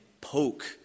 poke